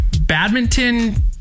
badminton